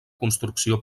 construcció